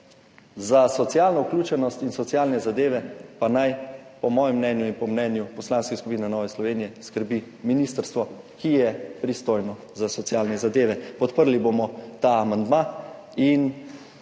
za socialno vključenost in socialne zadeve pa naj, po mojem mnenju in po mnenju Poslanske skupine Nove Slovenije, skrbi ministrstvo, ki je pristojno za socialne zadeve. Podprli bomo ta amandma in